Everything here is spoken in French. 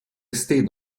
restés